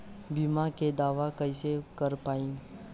बीमा के दावा कईसे कर पाएम?